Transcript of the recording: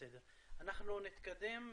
אנחנו נתקדם.